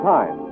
Time